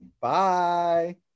Bye